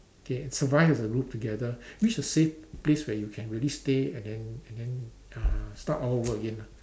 okay survive as a group together reach a safe place where you can really stay and then and then uh start all over again ah